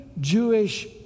Jewish